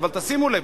אבל תשימו לב,